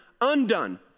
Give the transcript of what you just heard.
undone